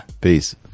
Peace